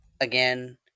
again